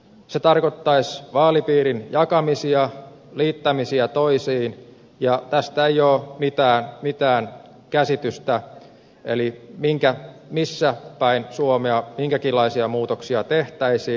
se tarkoittaisi vaalipiirin jakamisia liittämisiä toisiin ja tästä ei ole mitään käsitystä missä päin suomea minkäkinlaisia muutoksia tehtäisiin